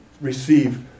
receive